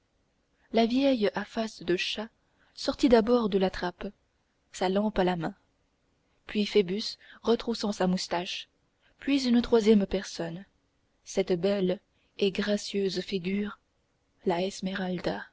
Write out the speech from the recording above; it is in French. la vieille à face de chat sortit d'abord de la trappe sa lampe à la main puis phoebus retroussant sa moustache puis une troisième personne cette belle et gracieuse figure la